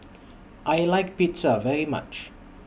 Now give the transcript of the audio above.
I like Pizza very much